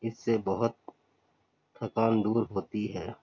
اس سے بہت تھکان دور ہوتی ہے